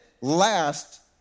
last